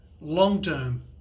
long-term